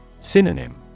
Synonym